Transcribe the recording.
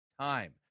time